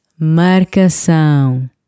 Marcação